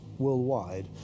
worldwide